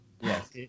Yes